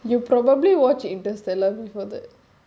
you probably watch interstellar before that